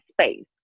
space